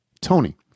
Tony